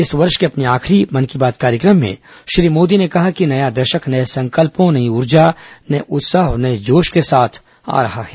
इस वर्ष के अपने आखिरी मन की बात कार्यक्रम में श्री मोदी ने कहा कि नया दशक नए संकल्पों नई ऊर्जा नए उत्साह और नए जोश के साथ आ रहा है